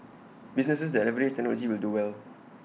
businesses that leverage technology will do well